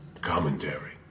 commentary